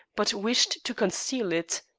but wished to conceal it.